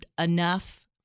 enough